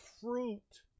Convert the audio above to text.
fruit